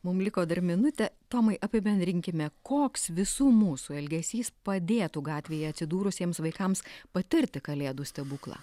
mum liko dar minutė tomai apibendrinkime koks visų mūsų elgesys padėtų gatvėje atsidūrusiems vaikams patirti kalėdų stebuklą